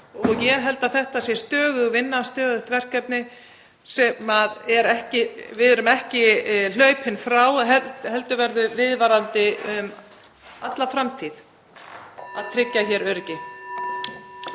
Ég held að þetta sé stöðug vinna og stöðugt verkefni sem við hlaupum ekki frá, heldur verður viðvarandi um alla framtíð að tryggja hér öryggi.